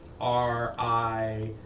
R-I